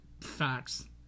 facts